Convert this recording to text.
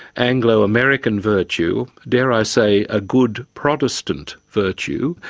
anglo-american virtue, dare i say a good protestant virtue.